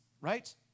right